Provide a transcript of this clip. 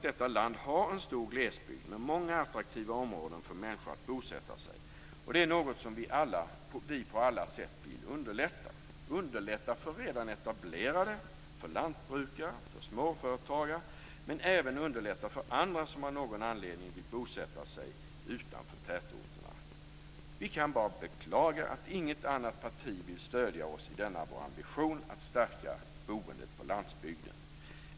Detta land har ju en stor glesbygd med många attraktiva områden för människor att bosätta sig i, och det är något som vi på alla sätt vill underlätta - underlätta för redan etablerade, för lantbrukare och småföretagare men även för andra som av någon anledning vill bosätta sig utanför tätorterna. Vi kan bara beklaga att inget annat parti vill stödja oss i denna vår ambition att stärka boendet på landsbygden.